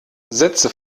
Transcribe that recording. sätze